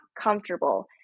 comfortable